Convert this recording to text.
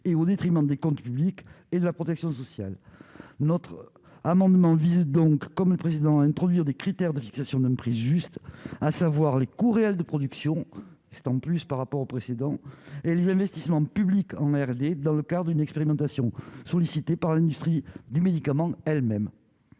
et au détriment des comptes publics et de la protection sociale, notre amendement vise donc, comme le président introduire des critères de fixation d'un prix juste, à savoir les coûts réels de production, c'est en plus par rapport au précédent et les investissements publics en RD dans le quart d'une expérimentation, sollicitée par l'industrie du médicament elles-mêmes.